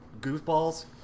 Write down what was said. goofballs